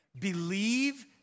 Believe